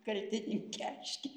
kaltininkė aiški